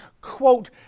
quote